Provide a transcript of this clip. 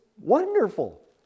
wonderful